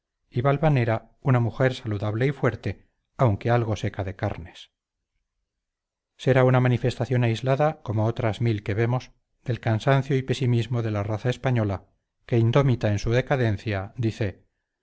de cabeza y valvanera una mujer saludable y fuerte aunque algo seca de carnes será una manifestación aislada como otras mil que vemos del cansancio y pesimismo de la raza española que indómita en su decadencia dice